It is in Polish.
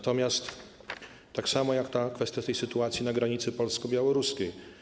Tak samo kwestia tej sytuacji na granicy polsko-białoruskiej.